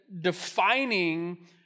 defining